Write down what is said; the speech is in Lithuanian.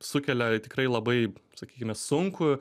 sukelia tikrai labai sakykime sunkų